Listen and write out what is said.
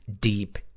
deep